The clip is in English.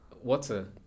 water